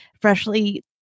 Freshly